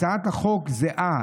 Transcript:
הצעת החוק זהה,